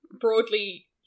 Broadly